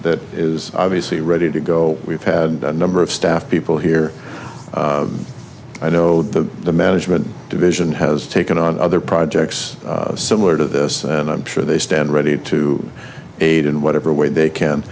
that is obviously ready to go we've had a number of staff people here i know that the management division has taken on other projects similar to this and i'm sure they stand ready to aid in whatever way they can